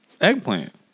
eggplant